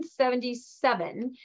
1977